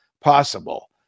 possible